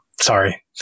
sorry